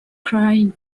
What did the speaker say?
crying